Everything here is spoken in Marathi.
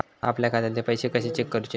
आपल्या खात्यातले पैसे कशे चेक करुचे?